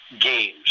games